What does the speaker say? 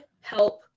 help